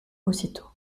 aussitôt